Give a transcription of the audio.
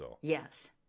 Yes